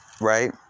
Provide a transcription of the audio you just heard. Right